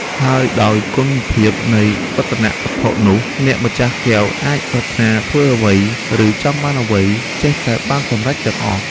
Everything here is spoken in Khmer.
ហើយដោយគុណភាពនៃរតនវត្ថុនោះ អ្នកម្ចាស់កែវអាចប្រាថ្នាធ្វើអ្វីឬចង់បានអ្វី ចេះតែបានសម្រេចទាំងអស់។